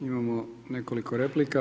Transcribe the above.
Imamo nekoliko replika.